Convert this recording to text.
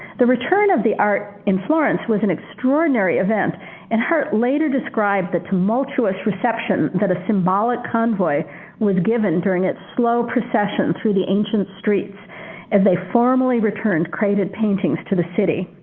the return of the art in florence was an extraordinary event and hartt later described the tumultuous reception that a symbolic convoy was given during its slow procession through the ancient streets as they formally returned created paintings to the city.